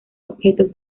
objetos